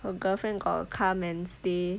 uh girlfriend got come and stay